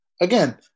again